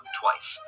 twice